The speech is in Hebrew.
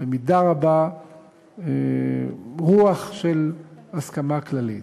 במידה רבה רוח של הסכמה כללית.